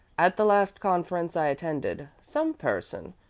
at the last conference i attended, some person,